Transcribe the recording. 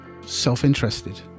self-interested